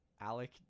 alec